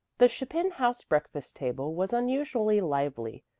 the chapin house breakfast-table was unusually lively,